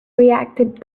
reacted